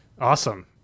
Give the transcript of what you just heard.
Awesome